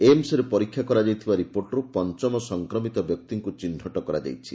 ଏମ୍ସରେ ପରୀକ୍ଷା କରାଯାଇଥିବା ରିପୋର୍ଟରୁ ପଞ୍ଚମ ସଂକ୍ରମିତ ବ୍ୟକ୍ତିଙ୍କୁ ଚିହ୍ନଟ କରାଯାଇଛି